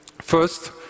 First